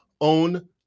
own